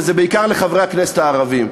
וזה בעיקר לחברי הכנסת הערבים.